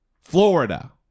Florida